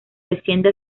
desciende